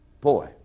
Boy